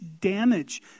damage